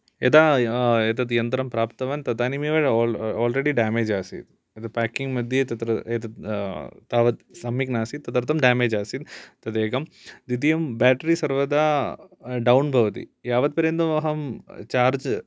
यदा एतद् यन्त्रं प्राप्तवान् तदानीमेव आल्रेडि डेमेज् आसीत् यद् पेकिंङ् मध्ये तत्र एतद् तावद् सम्यक् नासीत् तदर्तं डेमेज् नासीत् तदेकं द्वितीयं बेटरी सर्वदा डौन् भवति यावद् पर्यन्तम् अहं चार्ज्